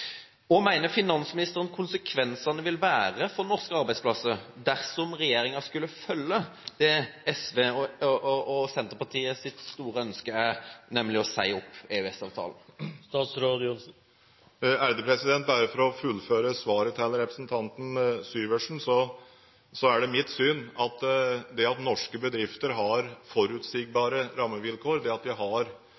finansministeren konsekvensene vil være for norske arbeidsplasser dersom regjeringen skulle følge det SVs og Senterpartiets store ønske er, nemlig å si opp EØS-avtalen? Bare for å fullføre svaret til representanten Syversen: Det er mitt syn at det at norske bedrifter har